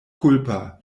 kulpa